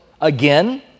again